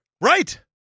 Right